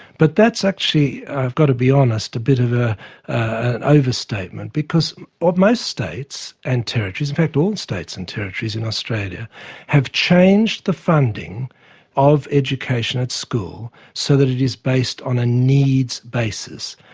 but that's actually i've got to be honest a bit of ah an overstatement, because ah most states and territories in fact all states and territories in australia have changed the funding of education at school so that it is based on a needs basis.